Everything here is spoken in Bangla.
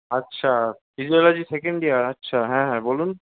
আচ্ছা ফিজিওলজি সেকেন্ড ইয়ার আচ্ছা হ্যাঁ হ্যাঁ বলুন